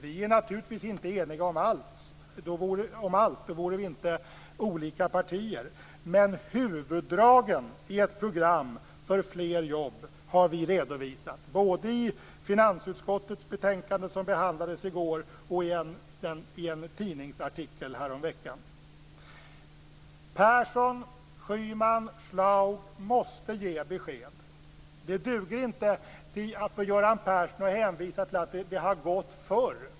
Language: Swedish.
Vi är naturligtvis inte eniga om allt. Då vore vi inte olika partier. Men huvuddragen i ett program för fler jobb har vi redovisat både i finansutskottets betänkande som behandlades i går och i en tidningsartikel härom veckan. Persson, Schyman och Schlaug måste ge besked. Det duger inte för Göran Persson att hänvisa till att det har gått förr.